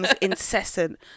incessant